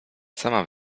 sama